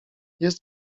jest